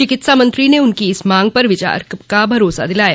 चिकित्सा मंत्री ने उनकी इस मांग पर विचार का भरोसा दिलाया